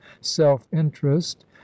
self-interest